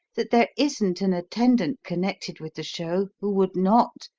that there isn't an attendant connected with the show who would not,